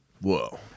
Whoa